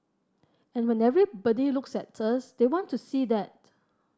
and when everybody looks at us they want to see that